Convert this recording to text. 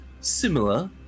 similar